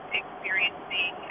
experiencing